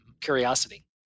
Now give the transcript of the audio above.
curiosity